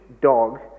dog